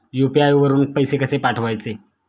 UPI वरून पैसे कसे पाठवायचे?